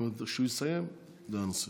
כשהוא יסיים תהיה דעה נוספת.